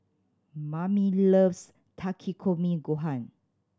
Mamie loves Takikomi Gohan